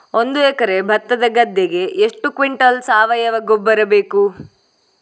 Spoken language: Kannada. ಒಂದು ಎಕರೆ ಭತ್ತದ ಗದ್ದೆಗೆ ಎಷ್ಟು ಕ್ವಿಂಟಲ್ ಸಾವಯವ ಗೊಬ್ಬರ ಬೇಕು?